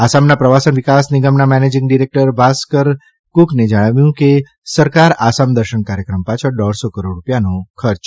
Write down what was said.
આસામના પ્રવાસનવિકાસ નિગમના મેનેજિંગ ડીરેકટર ભાસ્કર ફૂકને જણાવ્યું કે સરકાર આસામ દર્શન કાર્યક્રમ પાછળ દોઢસો કરોડ રૂપિયાનો ખર્ચ કરશે